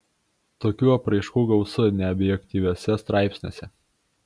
tokių apraiškų gausu neobjektyviuose straipsniuose